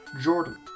Jordan